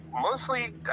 mostly